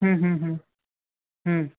হুম হুম হুম হুম